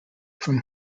from